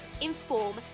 inform